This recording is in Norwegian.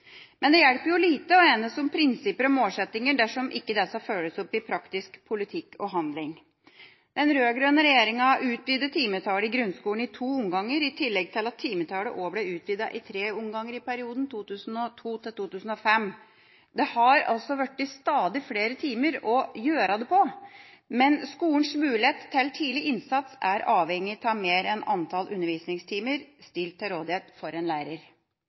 Men det hjelper lite å enes om prinsipper og målsettinger dersom ikke disse følges opp i praktisk politikk og handling. Den rød-grønne regjeringa utvidet timetallet i grunnskolen i to omganger, i tillegg til at timetallet ble utvidet i tre omganger i perioden 2002–2005. Det har altså blitt stadig flere timer å «gjøre det på», men skolens mulighet til tidlig innsats er avhengig av mer enn antall undervisningstimer stilt til rådighet for en lærer.